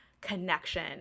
connection